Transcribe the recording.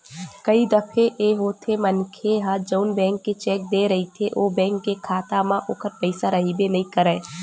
कई दफे ए होथे मनखे ह जउन बेंक के चेक देय रहिथे ओ बेंक के खाता म ओखर पइसा रहिबे नइ करय